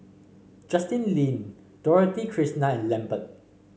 Justin Lean Dorothy Krishnan and Lambert